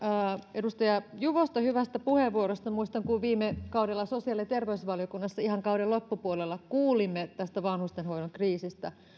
edustaja juvosta hyvästä puheenvuorosta muistan kun viime kaudella sosiaali ja terveysvaliokunnassa ihan kauden loppupuolella kuulimme tästä vanhustenhoidon kriisistä